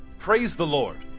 praise the lord!